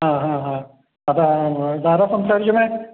ആ ആ ആ അപ്പം ഇത് ആരാണ് സംസാരിക്കുന്നത്